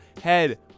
head